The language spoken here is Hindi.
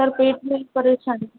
सर पेट में ही परेशानी है